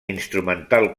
instrumental